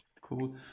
Cool